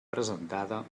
presentada